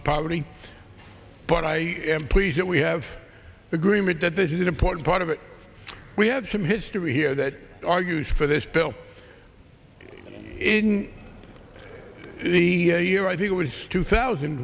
of poverty but i am pleased that we have agreement that this is an important part of it we have some history here that argues for this bill in the year i think it was two thousand